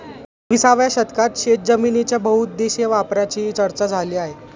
एकविसाव्या शतकात शेतजमिनीच्या बहुउद्देशीय वापराची चर्चा झाली आहे